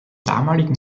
damaligen